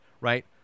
right